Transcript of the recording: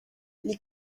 les